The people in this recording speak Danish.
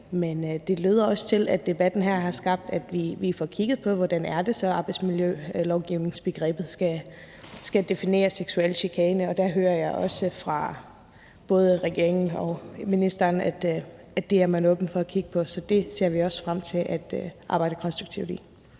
Men det lyder også til, at debatten her har gjort, at vi får kigget på, hvordan det så er, man i arbejdsmiljølovgivningen skal definere begrebet seksuel chikane, og der hører jeg også fra både regeringen og ministeren, at det er man åben for at kigge på. Så det ser vi også frem til at arbejde konstruktivt